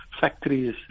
factories